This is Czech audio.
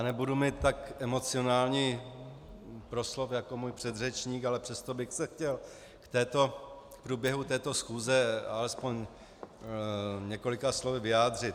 Nebudu mít tak emocionální proslov jako můj předřečník, ale přesto bych se chtěl k průběhu této schůze alespoň několika slovy vyjádřit.